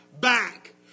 back